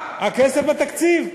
הכסף בתקציב.